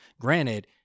Granted